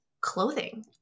clothing